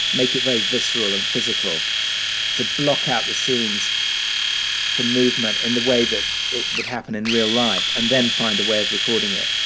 make it very visceral and physical to block out the scenes for movement in the way that it would happen in real life and then find a way of recording it.